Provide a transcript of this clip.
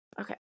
Okay